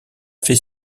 fait